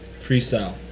freestyle